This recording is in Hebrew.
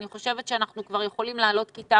אני חושבת שאנחנו כבר יכולים לעלות כיתה